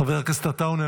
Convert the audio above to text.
חבר הכנסת עטאונה,